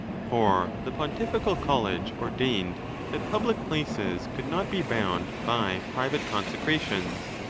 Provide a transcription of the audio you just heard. for the pontifical college ordained that public places could not be bound by private consecrations.